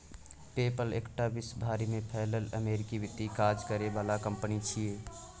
पे पल एकटा विश्व भरि में फैलल अमेरिकी वित्तीय काज करे बला कंपनी छिये